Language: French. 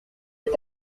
est